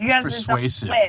persuasive